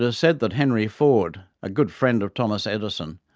so said that henry ford, a good friend of thomas edison,